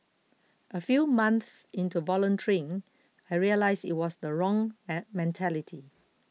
a few months into volunteering I realised it was the wrong an mentality